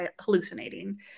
hallucinating